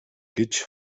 гэж